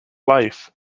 life